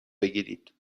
بگیرید